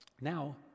Now